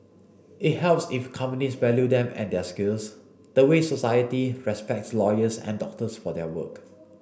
it helps if companies value them and their skills the way society respects lawyers and doctors for their work